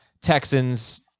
Texans